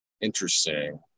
Interesting